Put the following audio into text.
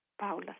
Paula